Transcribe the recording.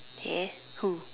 eh who